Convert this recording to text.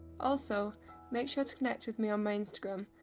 also make sure to connect with me on my instagram,